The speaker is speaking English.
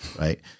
right